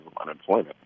unemployment